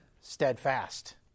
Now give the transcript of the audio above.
steadfast